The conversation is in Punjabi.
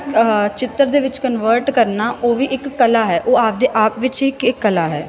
ਆਹਾ ਚਿੱਤਰ ਦੇ ਵਿੱਚ ਕਨਵਰਟ ਕਰਨਾ ਉਹ ਵੀ ਇੱਕ ਕਲਾ ਹੈ ਉਹ ਆਪਣੇ ਆਪ ਵਿੱਚ ਇੱਕ ਇੱਕ ਕਲਾ ਹੈ